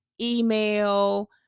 email